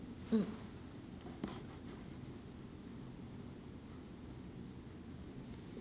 mm